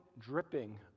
dripping